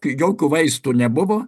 jokių vaistų nebuvo